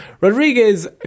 Rodriguez